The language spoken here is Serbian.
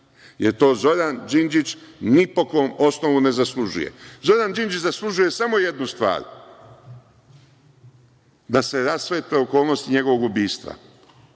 jer to Zoran Đinđić ni po kom osnovu ne zaslužuje. Zoran Đinđić zaslužuje samo jednu stvar – da se rasvetle okolnosti njegovog ubistva.